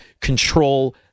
control